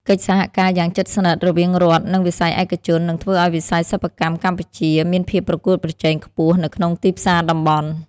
កិច្ចសហការយ៉ាងជិតស្និទ្ធរវាងរដ្ឋ និងវិស័យឯកជន នឹងធ្វើឱ្យវិស័យសិប្បកម្មកម្ពុជាមានភាពប្រកួតប្រជែងខ្ពស់នៅក្នុងទីផ្សារតំបន់។